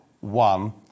one